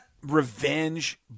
revenge